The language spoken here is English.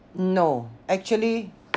no actually